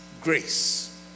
grace